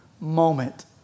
moment